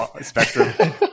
spectrum